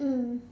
mm